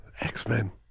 X-Men